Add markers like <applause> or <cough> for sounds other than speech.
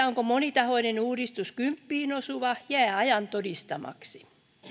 <unintelligible> onko monitahoinen uudistus kymppiin osuva jää ajan todistamaksi